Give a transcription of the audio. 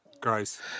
Gross